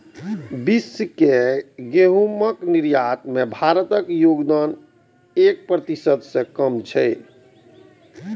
विश्व के गहूम निर्यात मे भारतक योगदान एक प्रतिशत सं कम छै